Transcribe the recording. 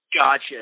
Gotcha